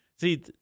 See